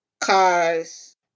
cause